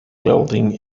building